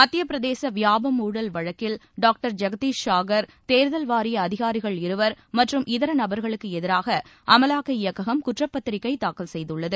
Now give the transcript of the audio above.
மத்திய பிரதேச வியாபம் ஊழல் வழக்கில் டாக்டர் ஐகதீஷ் சாகர் தேர்தல் வாரிய அதிகாரிகள் இருவர் மற்றும் இதர நபர்களுக்கு எதிராக அமலாக்க இயக்ககம் குற்றப்பத்திரிகை தாக்கல் செய்துள்ளது